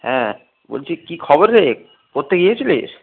হ্যাঁ বলছি কি খবর রে পড়তে গিয়েছিলিস